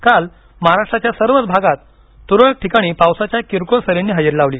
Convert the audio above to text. काल महाराष्ट्राच्या सर्वच भागात तुरळक ठिकाणी पावसाच्या किरकोळ सरींनी हजेरी लावली